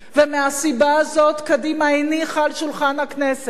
ומהסיבה הזאת קדימה הניחה על שולחן הכנסת